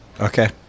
Okay